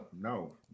no